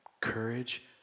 Courage